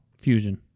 Fusion